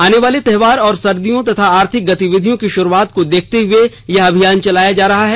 आने वाले त्योहारों और सर्दियों तथा आर्थिक गतिविधियों की शुरुआत को देखते हुए यह अभियान चलाया जा रहा है